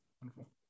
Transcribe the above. wonderful